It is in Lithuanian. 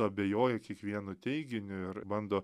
abejoji kiekvienu teiginiu ir bando